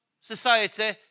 society